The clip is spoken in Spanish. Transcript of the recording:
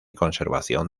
conservación